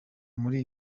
muri